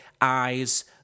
eyes